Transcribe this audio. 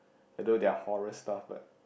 although they are horror stuff but